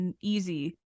easy